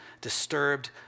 disturbed